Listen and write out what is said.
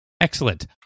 Excellent